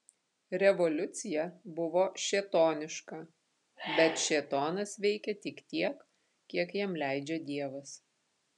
revoliucija buvo šėtoniška bet šėtonas veikia tik tiek kiek jam leidžia dievas